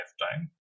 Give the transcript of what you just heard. lifetime